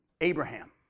Abraham